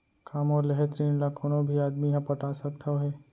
का मोर लेहे ऋण ला कोनो भी आदमी ह पटा सकथव हे?